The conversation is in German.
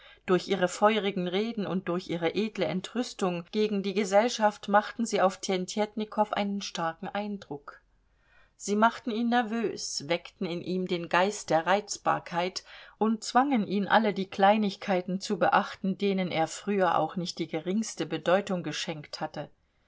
durch ihre feurigen reden und durch ihre edle entrüstung gegen die gesellschaft machten sie auf tjentjetnikow einen starken eindruck sie machten ihn nervös weckten in ihm den geist der reizbarkeit und zwangen ihn alle die kleinigkeiten zu beachten denen er früher auch nicht die geringste beachtung geschenkt hatte